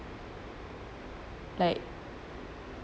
like